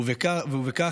וכך,